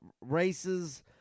races